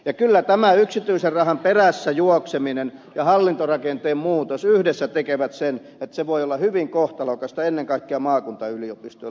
kyllä tämä yksityisen rahan perässä juokseminen ja hallintorakenteen muutos yhdessä tekevät sen että se voi olla hyvin kohtalokasta ennen kaikkea maakuntayliopistoille